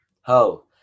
Ho